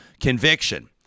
conviction